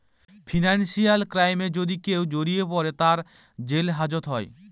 financial ক্রাইমে যদি কেউ জড়িয়ে পরে, তার জেল হাজত হয়